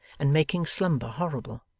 and making slumber horrible